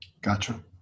gotcha